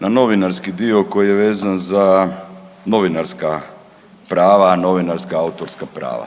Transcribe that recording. na novinarski dio koji je vezan za novinarska prava, novinarska autorska prava,